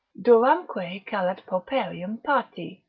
duramque callet pauperiem pati,